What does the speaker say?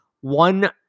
One